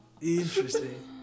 Interesting